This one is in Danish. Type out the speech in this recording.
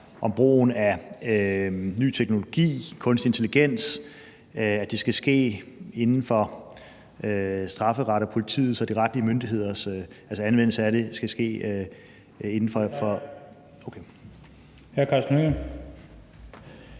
om brugen af ny teknologi og kunstig intelligens, skal det ske inden for strafferettens, politiets og de retlige myndigheders ... Kl. 15:11 Den fg.